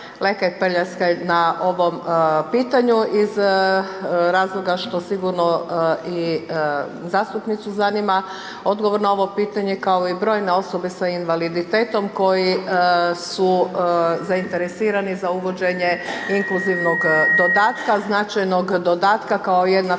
Lekaj Prljaskaj na ovom pitanju iz razloga što sigurno i zastupnicu zanima odgovor na ovo pitanje kao i brojne osobe sa invaliditetom koji su zainteresirani za uvođenje inkluzivnog dodatka, značajnog dodatka kao jedna financijska